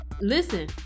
listen